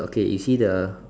okay you see the